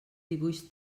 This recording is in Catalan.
dibuix